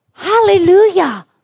Hallelujah